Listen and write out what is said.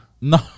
No